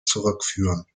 zurückführen